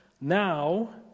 now